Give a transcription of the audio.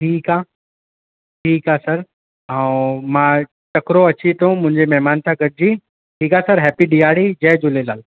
ठीकु आहे ठीकु आहे सर ऐं मां तकिड़ो अचे थो मुंहिंजे महिमान सां गॾु जी ठीकु आहे सर हैपी दीवाली जय झूलेलाल